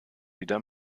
wieder